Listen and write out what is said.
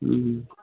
हूँ